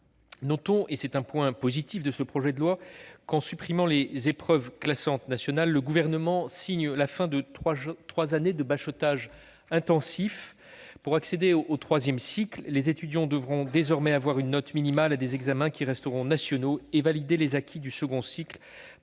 Notons, et c'est un point positif de ce projet de loi, que le Gouvernement, en supprimant les épreuves classantes nationales, signe la fin de trois ans de bachotage intensif. Pour accéder au troisième cycle, les étudiants devront désormais avoir une note minimale à des examens qui resteront nationaux et valider les acquis du deuxième cycle